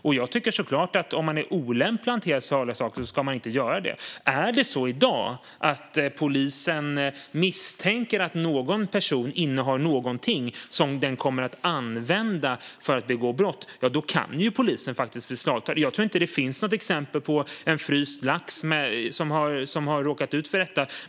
Den som anses olämplig att hantera farliga saker ska såklart inte göra det. Polisen kan faktiskt i dag om de misstänker att någon person innehar något som man kommer att använda för att begå brott beslagta det. Jag tror inte att det finns något exempel på att någon med en fryst lax har råkat ut för det.